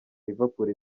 liverpool